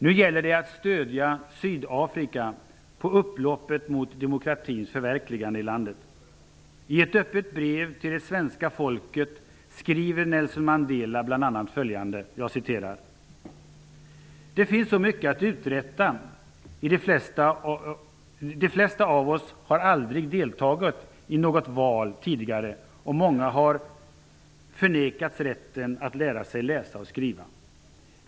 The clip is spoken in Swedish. Nu gäller det att stödja Sydafrika på upploppet mot demokratins förverkligande i landet. I ett öppet brev till det svenska folket skriver Nelson Mandela bl.a. följande: ''Det finns så mycket att uträtta; de flesta av oss har aldrig deltagit i något val tidigare och många har förnekats rätten att lära sig läsa och skriva.